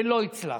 ולא הצלחנו.